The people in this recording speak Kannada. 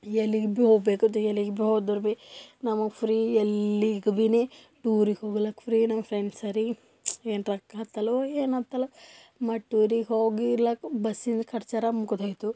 ಎಲ್ಲಿಗೆ ಭೀ ಹೋಗ್ಬೇಕದು ಎಲ್ಲಿಗೆ ಭೀ ಹೋದ್ರೆ ಭೀ ನಮಗೆ ಫ್ರೀ ಎಲ್ಲಿಗೆ ಭೀನೇ ಟೂರಿಗೆ ಹೋಗ್ಲಾಕ್ಕೆ ಫ್ರೀ ನಮ್ಮ ಫ್ರೆಂಡ್ ಸರಿ ಏಂಟ್ರಕ್ಹತ್ತಲೋ ಏನ್ಹತ್ತೋಲ್ಲ ಮ ಟೂರಿಗೆ ಹೋಗಿ ಇರ್ಲಿಕ್ಕೆ ಬಸ್ಸಿನ ಖರ್ಚರೆ ಮುಗಿದ್ಹೋಯ್ತು